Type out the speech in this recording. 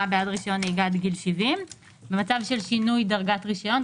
בעד רישיון נהיגה עד גיל 70 במצב של שינוי דרגת רישיון.